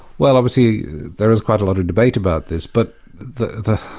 well obviously there is quite a lot of debate about this but the the